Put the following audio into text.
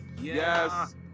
Yes